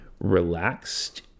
relaxed